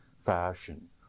fashion